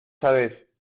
sabes